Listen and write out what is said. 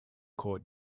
court